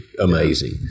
amazing